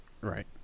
Right